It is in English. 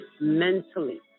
mentally